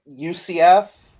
UCF